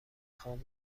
خوام